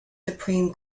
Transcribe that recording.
supreme